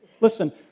Listen